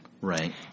Right